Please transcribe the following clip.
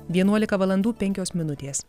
vienuolika valandų penkios minutės